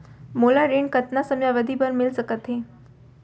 मोला ऋण कतना समयावधि भर मिलिस सकत हे?